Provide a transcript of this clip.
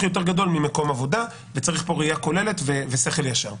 יותר גדול ממקום עבודה וצריך פה ראייה כוללת ושכל ישר.